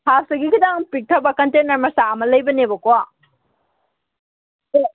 ꯍꯥꯐꯇꯒꯤ ꯈꯤꯇꯪ ꯄꯤꯛꯊꯕ ꯀꯟꯇꯦꯟꯅꯔ ꯃꯆꯥ ꯑꯃ ꯂꯩꯕꯅꯦꯕꯀꯣ ꯍꯣꯏ